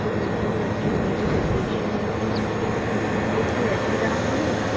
বুঝতেই পারছি ওটা যদি একটু বেশি নেওয়া হয় সেক্ষেত্রেও কি একই দাম হবে